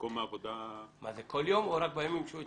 זה כל יום או רק בימים שהוא אצלך?